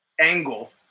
angle